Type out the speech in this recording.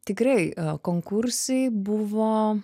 tikrai o konkursai buvo